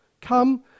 Come